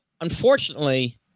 unfortunately